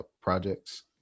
projects